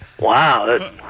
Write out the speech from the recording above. Wow